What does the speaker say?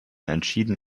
entschieden